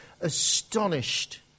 astonished